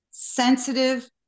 sensitive